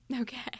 okay